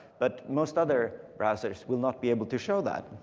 but most other browsers will not be able to show that.